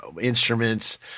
instruments